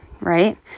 right